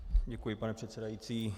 Děkuji, pane předsedající.